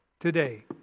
Today